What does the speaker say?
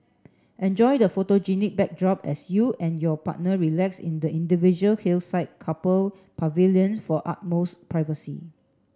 enjoy the photogenic backdrop as you and your partner relax in the individual hillside couple pavilions for utmost privacy